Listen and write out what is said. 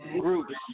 groups